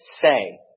say